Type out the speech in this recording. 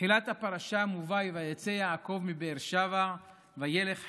בתחילת הפרשה מובא: "ויצא יעקב מבאר שבע וילך חרנה".